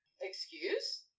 Excuse